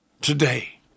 today